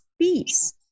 peace